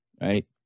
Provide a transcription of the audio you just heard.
right